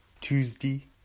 Tuesday